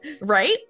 Right